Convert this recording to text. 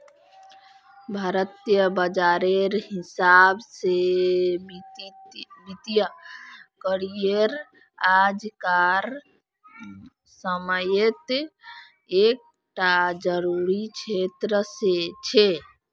भारतीय बाजारेर हिसाब से वित्तिय करिएर आज कार समयेत एक टा ज़रूरी क्षेत्र छे